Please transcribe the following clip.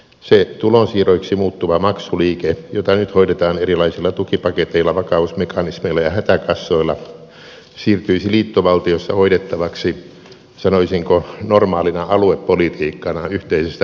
se tulonsiirroiksi muuttuva maksuliike jota nyt hoidetaan erilaisilla tukipaketeilla vakausmekanismeilla ja hätäkassoilla siirtyisi liittovaltiossa hoidettavaksi sanoisinko normaalina aluepolitiikkana yhteisestä budjetista